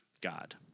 God